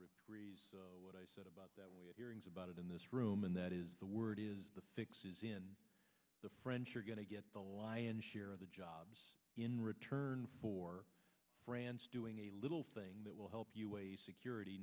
program what i said about that we are hearing about it in this room and that is the word is the fix is in the french are going to get the lion's share of the jobs in return for france doing a little thing that will help you a security